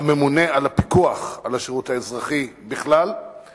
הממונה על הפיקוח על השירות האזרחי בכלל,